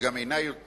וגם אינה ישימה